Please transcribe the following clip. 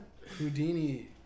Houdini